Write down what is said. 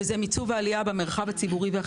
והוא מיצוב העלייה במרחב הציבורי והחברתי.